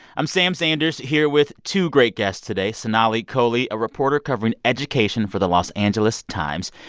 i'm sam sanders here with two great guests today sonali kohli, a reporter covering education for the los angeles times,